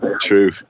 true